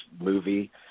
movie